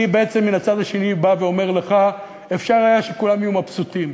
אני בעצם מן הצד השני בא ואומר לך: אפשר היה שכולם יהיו מבסוטים.